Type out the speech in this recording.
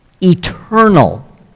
eternal